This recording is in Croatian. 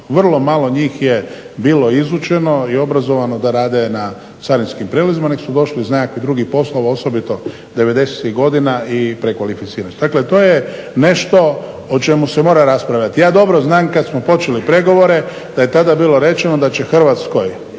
vrlo malo njih je bilo izučeno i obrazovano da rade na carinskim prijelazima već su došli iz nekakvih drugih poslova osobito '90.-tih godina i prekvalificirali se. Dakle to je nešto o čemu se mora raspravljati. Ja dobro znam kada smo počeli pregovore da je tada bilo rečeno da će Hrvatskoj